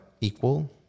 equal